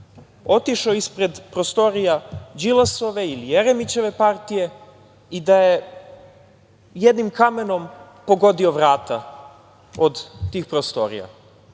otišao ispred prostorija Đilasove ili Jeremićeve partije i da je jednim kamenom pogodio vrata od tih prostorija?